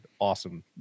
awesome